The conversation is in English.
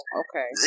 okay